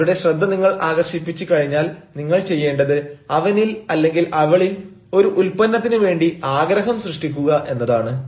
അവരുടെ ശ്രദ്ധ നിങ്ങൾ ആകർഷിപ്പിച്ച് കഴിഞ്ഞാൽ നിങ്ങൾ ചെയ്യേണ്ടത് അവനിൽ അല്ലെങ്കിൽ അവളിൽ ഒരു ഉൽപ്പന്നത്തിന് വേണ്ടി ആഗ്രഹം സൃഷ്ടിക്കുക എന്നതാണ്